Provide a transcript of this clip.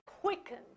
quickened